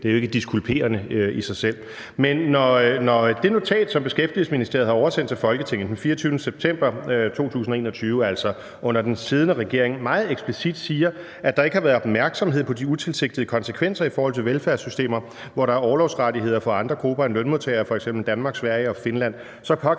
at det ikke er diskulperende i sig selv. Men når det notat, som Beskæftigelsesministeriet har oversendt til Folketinget den 24. september 2021, altså under den siddende regering, meget eksplicit siger, at der ikke har været opmærksomhed på de utilsigtede konsekvenser i forhold til velfærdssystemer, hvor der er orlovsrettigheder for andre grupper end lønmodtagere, f.eks. i Danmark, Sverige og Finland, så